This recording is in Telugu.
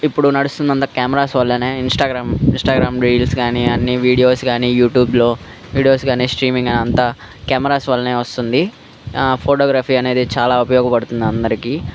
ఇప్పుడు నడుస్తుది అంతా కెమెరాస్ వల్లనే ఇంస్టాగ్రామ్ ఇంస్టాగ్రామ్ రీల్స్ కానీ అన్ని వీడియోస్ కానీ యూట్యూబ్లో వీడియోస్ కానీ స్ట్రీమింగ్ అంతా కెమెరాస్ వల్లనే వస్తుంది ఫోటోగ్రఫీ అనేది చాలా ఉపయోగపడుతుంది అందరికీ